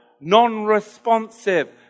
Non-responsive